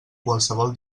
qualsevol